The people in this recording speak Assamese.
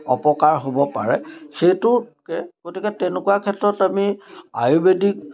অপকাৰ হ'ব পাৰে সেইটোতকে গতিকে তেনেকুৱা ক্ষেত্ৰত আমি আয়ুৰ্ৱেদিক